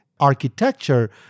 architecture